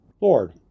Lord